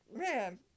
Man